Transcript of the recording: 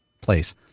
place